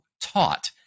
taught